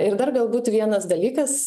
ir dar galbūt vienas dalykas